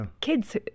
kids